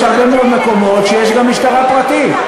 יש הרבה מאוד מקומות שיש גם משטרה פרטית.